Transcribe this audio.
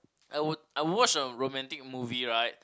I would I watch a romantic movie right